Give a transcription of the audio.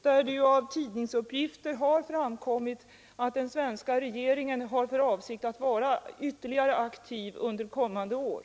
Härom har det av tidningsuppgifter framkommit att den svenska regeringen har för avsikt att vara mer aktiv under kommande år.